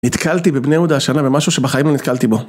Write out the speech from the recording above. נתקלתי בבני יהודה השנה, במשהו שבחיים לא נתקלתי בו.